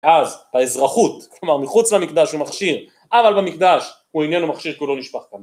אז האזרחות, כלומר מחוץ למקדש ומכשיר, אבל במקדש הוא אננו מכשיר כולו נשפח דם.